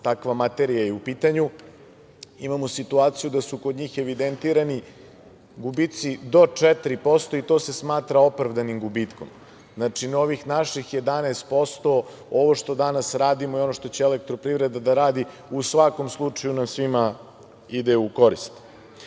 takva materija je u pitanju, imamo situaciju da su kod njih evidentirani gubici do 4% i to se smatra opravdanim gubitkom. Znači, na ovih naših 11%, ovo što danas radimo i ono što će Elektroprivreda da radi u svakom slučaju nam svima ide u korist. Ako